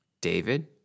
david